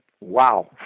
Wow